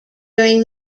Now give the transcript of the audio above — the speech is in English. during